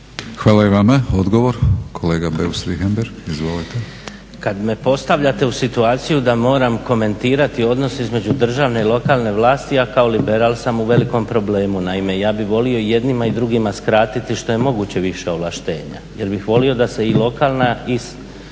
Hvala i vama. Odgovor, kolega Beus Richembergh. Izvolite. **Beus Richembergh, Goran (HNS)** Kad me postavljate u situaciju da moram komentirati odnos između državne i lokalne vlasti, ja kao liberal sam u velikom problemu. Naime, ja bih volio jednima i drugima skratiti što je moguće više ovlaštenja jer bih volio da se i lokalna i